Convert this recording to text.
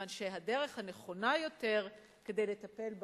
כיוון שהדרך הנכונה יותר לטפל בעוני,